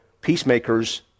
peacemakers